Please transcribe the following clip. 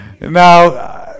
Now